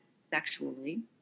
sexually